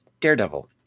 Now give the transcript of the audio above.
Daredevil